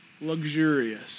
Luxurious